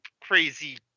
crazy